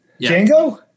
Django